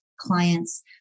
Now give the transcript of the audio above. clients